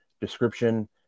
description